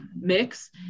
mix